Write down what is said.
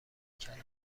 کلافه